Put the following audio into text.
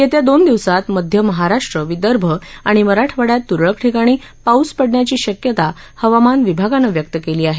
येत्या दोन दिवसात मध्य महाराष्ट्र विदर्भ आणि मराठवाङ्यात तुरळक ठिकाणी पाऊस पडण्याची शक्यता हवामान विभागानं व्यक्त केली आहे